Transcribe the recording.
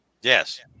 Yes